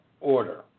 order